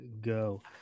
go